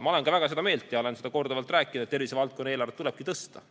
Ma olen väga seda meelt ja olen seda korduvalt rääkinud, et tervisevaldkonna eelarvet tulebki tõsta.